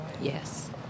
Yes